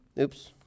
Oops